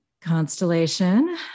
constellation